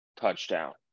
touchdown